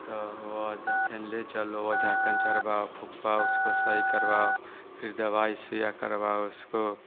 तो वह जो फिर ले चलो वह झक्कन चोरवाओ फुकवाओ उसको सही करवाओ फिर दवाई सुईया करवाओ उसको